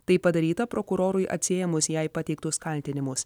tai padaryta prokurorui atsiėmus jai pateiktus kaltinimus